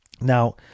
Now